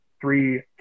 three